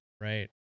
Right